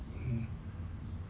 mmhmm